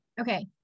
okay